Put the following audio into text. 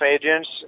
agents